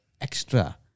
extra